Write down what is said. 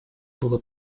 было